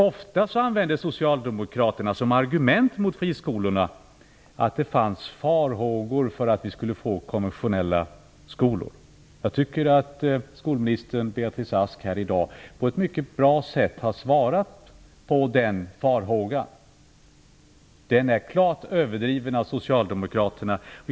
Ofta använde socialdemokraterna som argument mot friskolorna att det fanns farhågor att vi skulle få konventionella skolor. Skolminister Beatrice Ask har här i dag på ett mycket bra sätt svarat när det gäller den farhågan. Den är klart överdriven av socialdemokraterna.